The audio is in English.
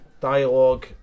dialogue